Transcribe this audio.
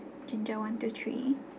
ginger one two three